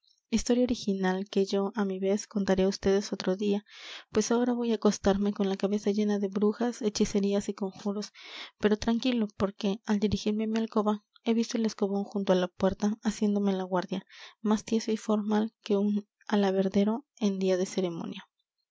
trasmoz historia original que yo á mi vez contaré á ustedes otro día pues ahora voy acostarme con la cabeza llena de brujas hechicerías y conjuros pero tranquilo porque al dirigirme á mi alcoba he visto el escobón junto á la puerta haciéndome la guardia más tieso y formal que un alabardero en día de ceremonia